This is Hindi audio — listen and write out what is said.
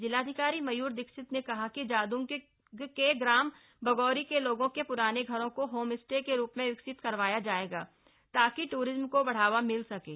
जिलाधिकारी मयूर दीक्षित ने कहा है कि जादूंग के ग्राम बगोरी के लोगों के प्राने घरों को होम स्टे के रूप में विकसित करवाया जाएगा ताकि टूरिज्म को बढ़ावा मिल सकें